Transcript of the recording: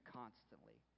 constantly